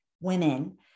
women